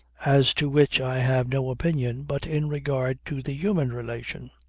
as to which i have no opinion, but in regard to the human relation.